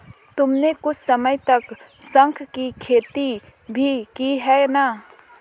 तुमने कुछ समय तक शंख की खेती भी की है ना?